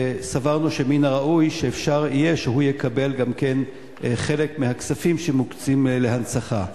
סברנו שמן הראוי יהיה שהוא יקבל גם כן חלק מהכספים שמוקצים להנצחה.